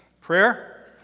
prayer